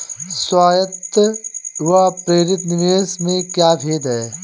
स्वायत्त व प्रेरित निवेश में क्या भेद है?